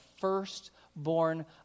firstborn